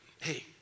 hey